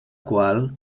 qual